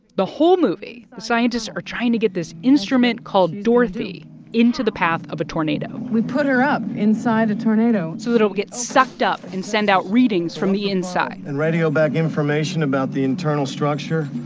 the whole movie, scientists are trying to get this instrument called dorothy into the path of a tornado. we put her up inside a tornado. so it'll get sucked up and send out readings from the inside and radio back information about the internal internal structure,